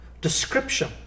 description